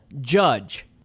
judge